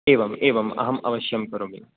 एवम् एवम् अहम् अवश्यं करोमि